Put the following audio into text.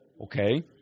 okay